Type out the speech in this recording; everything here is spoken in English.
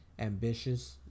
ambitious